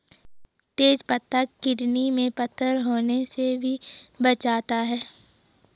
तेज पत्ता किडनी में पत्थर होने से भी बचाता है